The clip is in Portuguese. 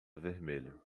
vermelho